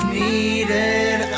needed